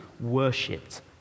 worshipped